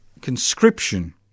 conscription